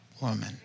woman